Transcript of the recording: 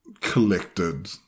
collected